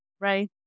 right